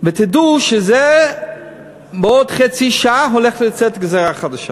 ותדעו שבעוד חצי שעה הולכת לצאת גזירה חדשה